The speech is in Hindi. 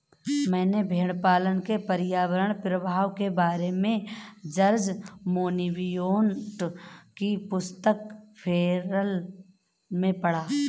मैंने भेड़पालन के पर्यावरणीय प्रभाव के बारे में जॉर्ज मोनबियोट की पुस्तक फेरल में पढ़ा